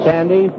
Sandy